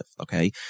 okay